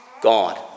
God